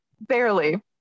Barely